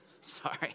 Sorry